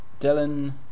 dylan